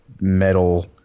metal